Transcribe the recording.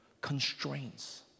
constraints